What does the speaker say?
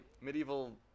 medieval